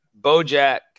Bojack